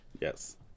yes